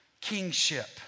kingship